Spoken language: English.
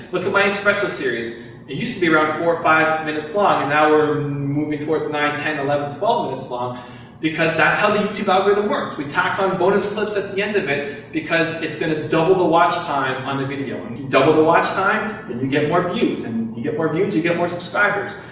look at my entspresso series. it used to be around four or five minutes long and now we're moving towards nine, ten, eleven, twelve minutes long because that's how the youtube algorithm works. we tack on bonus clips at the end of it because it's going to double the watch time on the video. double the watch time, then you get more views. and you get more views, you get more subscribers,